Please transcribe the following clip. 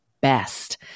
best